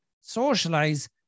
socialize